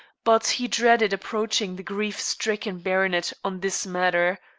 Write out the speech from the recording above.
but he dreaded approaching the grief-stricken baronet on this matter.